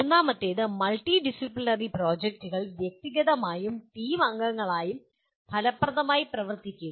മൂന്നാമത്തേത് multidisciplinary പ്രോജക്റ്റുകളിൽ വ്യക്തിഗതമായും ടീം അംഗങ്ങളായും ഫലപ്രദമായി പ്രവർത്തിക്കുക